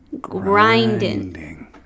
Grinding